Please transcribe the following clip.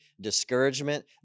discouragement